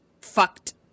fucked